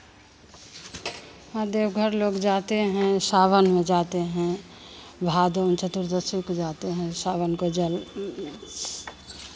हँ देवघर लोग जाते हैं सावन में जाते हैं भादो में चतुर्दशी को जाते हैं सावन को जल